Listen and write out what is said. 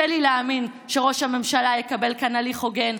לי להאמין שראש הממשלה יקבל כאן הליך הוגן.